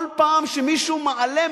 כל פעם שמישהו מעלה,